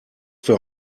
für